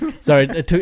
Sorry